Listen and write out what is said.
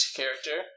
character